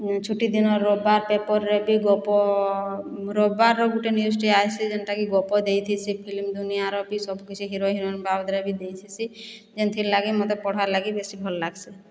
ଛୁଟିଦିନ ରବିବାର୍ ପେପର୍ରେ ବି ଗପ ରବିବାର୍ର ଗୋଟେ ନ୍ୟୁଜ୍ଟେ ଆଏସି ଜେନ୍ତା କି ଗପ ଦେଇଥିସି ଫିଲ୍ମ୍ ଦୁନିଆର ବି ସବୁ କିଛି ହିରୋ ହିରୋଇନ୍ ବାବଦ୍ରେ ବି ଦେଇଥିସି ଜେନ୍ଥିର୍ଲାଗି ମତେ ପଢ଼୍ବାର୍ ଲାଗି ବେଶୀ ଭଲ୍ ଲାଗ୍ସି